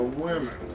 women